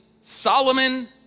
Solomon